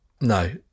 no